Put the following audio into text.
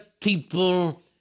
people